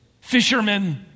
fishermen